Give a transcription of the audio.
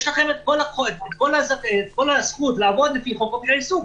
יש לכם כל הזכות לעבוד לפי חופש העיסוק.